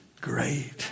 great